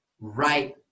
right